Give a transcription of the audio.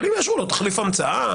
אבל אולי יאשרו לו תחליף המצאה,